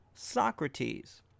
Socrates